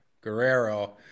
Guerrero